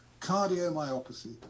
cardiomyopathy